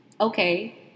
Okay